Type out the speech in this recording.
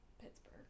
pittsburgh